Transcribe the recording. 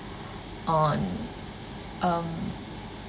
on um